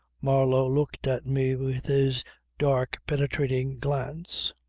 marlow looked at me with his dark penetrating glance.